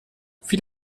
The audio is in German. viel